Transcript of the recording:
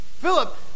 Philip